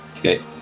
Okay